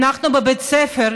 אנחנו בבית ספר,